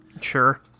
sure